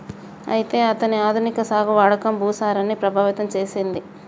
అయితే అతని ఆధునిక సాగు వాడకం భూసారాన్ని ప్రభావితం సేసెసింది